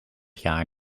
jaar